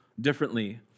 differently